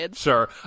Sure